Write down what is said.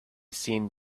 seen